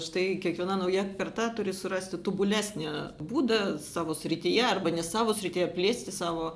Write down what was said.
štai kiekviena nauja karta turi surasti tobulesnį būdą savo srityje arba ne savo srityje plėsti savo